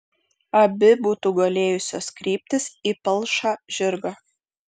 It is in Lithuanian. abi būtų galėjusios kreiptis į palšą žirgą